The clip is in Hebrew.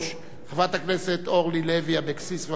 חברת הכנסת אורלי לוי אבקסיס, בבקשה.